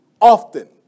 often